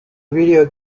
video